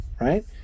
right